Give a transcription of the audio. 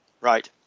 Right